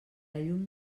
llum